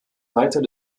leiter